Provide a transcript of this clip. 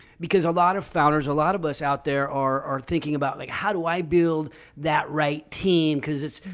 because a lot of founders a lot of us out there are thinking about like, how do i build that right team because it's,